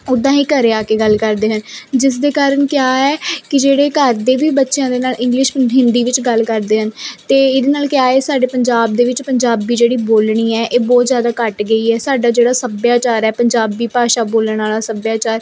ਉੱਦਾਂ ਹੀ ਘਰੇ ਆ ਕੇ ਗੱਲ ਕਰਦੇ ਹਨ ਜਿਸ ਦੇ ਕਾਰਨ ਕਿਆ ਹੈ ਕਿ ਜਿਹੜੇ ਘਰ ਦੇ ਵੀ ਬੱਚਿਆਂ ਦੇ ਨਾਲ ਇੰਗਲਿਸ਼ ਹਿੰਦੀ ਵਿੱਚ ਗੱਲ ਕਰਦੇ ਹਨ ਅਤੇ ਇਹਦੇ ਨਾਲ ਕਿਆ ਏ ਸਾਡੇ ਪੰਜਾਬ ਦੇ ਵਿੱਚ ਪੰਜਾਬੀ ਜਿਹੜੀ ਬੋਲਣੀ ਹੈ ਇਹ ਬਹੁਤ ਜ਼ਿਆਦਾ ਘੱਟ ਗਈ ਹੈ ਸਾਡਾ ਜਿਹੜਾ ਸੱਭਿਆਚਾਰ ਹੈ ਪੰਜਾਬੀ ਭਾਸ਼ਾ ਬੋਲਣ ਵਾਲਾ ਸੱਭਿਆਚਾਰ